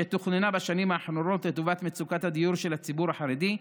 שתוכננה בשנים האחרונות לטובת מצוקת הדיור של הציבור החרדי,